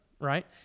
right